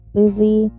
busy